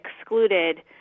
excluded